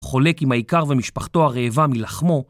חולק עם העיקר ומשפחתו הרעבה מלחמו